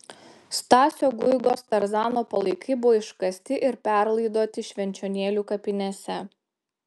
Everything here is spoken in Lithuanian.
stasio guigos tarzano palaikai buvo iškasti ir perlaidoti švenčionėlių kapinėse